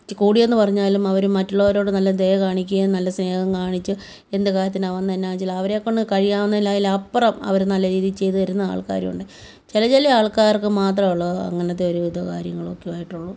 ഇച്ചിരി കൂടിയെന്നു പറഞ്ഞാലും അവർ മറ്റുള്ളവരോട് നല്ല ദയ കാണിക്കുകയും നല്ല സ്നേഹം കാണിച്ച് എന്തു കാര്യത്തിനാണ് വന്നത് എന്താണെന്നു വച്ചാൽ അവരെക്കൊണ്ട് കഴിയാവുന്നതിൽ അതിലപ്പുറം അവർ നല്ല രീതി ചെയ്തു തരുന്ന ആൾക്കാരുമുണ്ട് ചില ചില ആൾക്കാർക്ക് മാത്രമേ ഉള്ളു അങ്ങനത്തെ ഒരു ഇത് കാര്യങ്ങളൊക്കെ ആയിട്ടുള്ളു